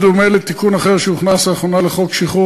בדומה לתיקון אחר שהוכנס לאחרונה לחוק שחרור